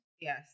Yes